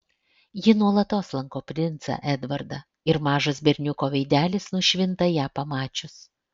ji nuolatos lanko princą edvardą ir mažas berniuko veidelis nušvinta ją pamačius